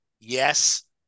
Yes